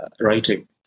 writing